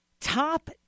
top